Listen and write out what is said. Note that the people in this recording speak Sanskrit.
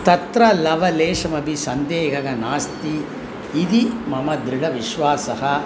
तत्र लवलेशमपि सन्देहः नास्ति इति मम दृढः विश्वासः